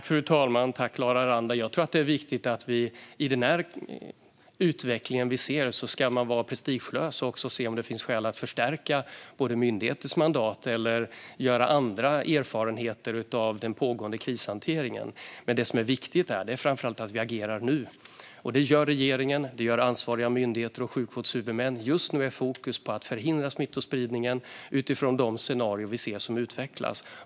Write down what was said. Fru talman! I den utveckling vi ser ska man vara prestigelös och se om det finns skäl att förstärka myndigheters mandat eller dra andra erfarenheter när det gäller den pågående krishanteringen. Men det som är viktigt är framför allt att vi agerar nu, och det gör regeringen, ansvariga myndigheter och sjukvårdshuvudmän. Just nu är fokus på att förhindra smittspridningen utifrån de scenarier vi ser utvecklas.